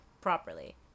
properly